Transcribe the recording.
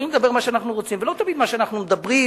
תפסיקו עם הדמגוגיה.